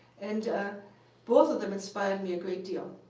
and both of them inspired me a great deal.